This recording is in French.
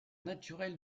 naturel